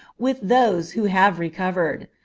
with those who have recovered.